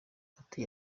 atuye